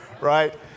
right